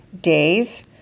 days